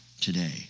today